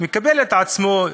מקבל על עצמו,